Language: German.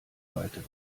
weitere